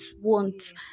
wants